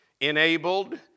enabled